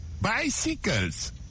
Bicycles